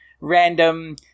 random